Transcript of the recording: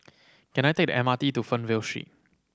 can I take the M R T to Fernvale Street